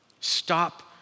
Stop